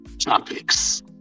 Topics